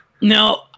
No